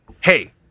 hey